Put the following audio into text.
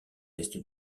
est